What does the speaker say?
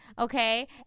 Okay